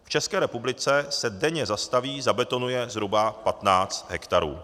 V České republice se denně zastaví, zabetonuje zhruba 15 hektarů.